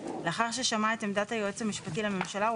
לאחר ששמע את עמדת היועץ המשפטי לממשלה,